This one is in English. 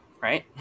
Right